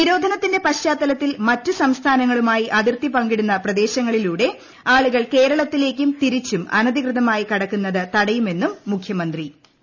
നിരോധനത്തിന്റെ പശ്ചാത്തലത്തിൽ മറ്റു സംസ്ഥാനങ്ങളുമായി അതിർത്തി പങ്കിടുന്ന പ്രദേശങ്ങളിലൂടെ ആളുകൾ കേരളത്തിലേക്കും തിരിച്ചും അനധികൃതമായി കടക്കുന്നത് തടയുമെന്നും മുഖൃമന്ത്രി പറഞ്ഞു